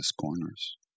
corners